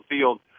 field